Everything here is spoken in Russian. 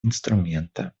инструмента